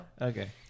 Okay